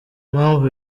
mpamvu